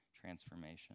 transformation